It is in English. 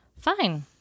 Fine